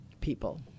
people